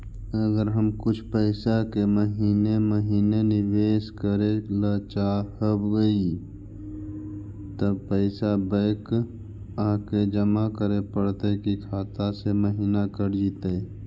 अगर हम कुछ पैसा के महिने महिने निबेस करे ल चाहबइ तब पैसा बैक आके जमा करे पड़तै कि खाता से महिना कट जितै?